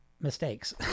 mistakes